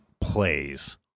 plays